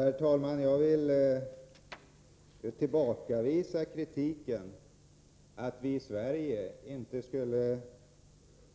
Herr talman! Jag vill tillbakavisa kritiken att vi i Sverige inte skulle